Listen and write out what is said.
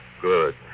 Good